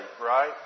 right